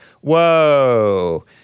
Whoa